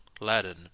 Aladdin